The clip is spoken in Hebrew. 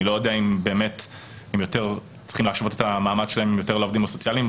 אני לא יודע אם צריך להשוות את המעמד שלהם לעובדים הסוציאליים,